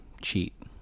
cheat